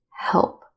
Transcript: Help